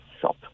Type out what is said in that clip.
shop